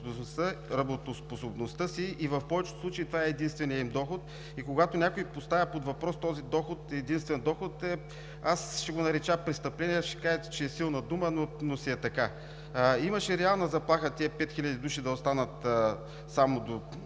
работоспособността си и в повечето случаи това е единственият им доход. И когато някой поставя под въпрос този доход – единствен доход, аз ще го нарека престъпление. Ще кажете, че е силна дума, но си е така. Имаше реална заплаха тези пет хиляди души да останат само до